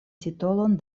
titolon